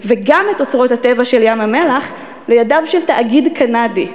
וגם את אוצרות הטבע של ים-המלח לידיו של תאגיד קנדי.